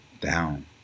down